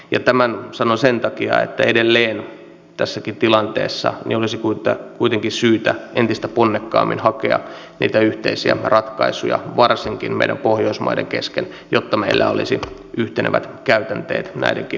ja tämän sanon sen takia että edelleen tässäkin tilanteessa olisi kuitenkin syytä entistä ponnekkaammin hakea niitä yhteisiä ratkaisuja varsinkin meidän pohjoismaiden kesken jotta meillä olisi yhtenevät käytänteet näidenkin asioiden osalta